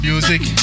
Music